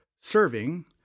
serving—